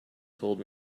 told